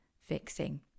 fixing